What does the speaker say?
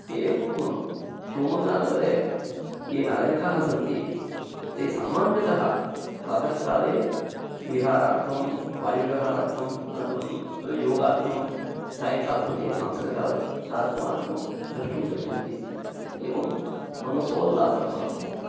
एवं शिव्मोग्गानगरे ये नागरिकाः सन्ति ते सामान्यतः प्रातःकाले विहारार्थं वायुविहारार्थम् अनन्तरं योगार्थं सायङ्कालसमये सांस्कृत् कार्यक्रमादिकं द्रष्टुं गच्छन्ति एवं मनसोल्लासं प्राप्नुवन्ति